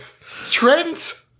Trent